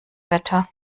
wetter